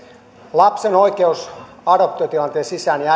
lapsen oikeus adoptiotilanteessa isään ja